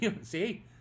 see